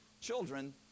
children